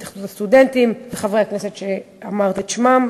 התאחדות הסטודנטים וחברי הכנסת שאמרת את שמותיהם,